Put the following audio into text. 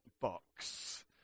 box